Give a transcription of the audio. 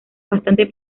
bastante